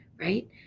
right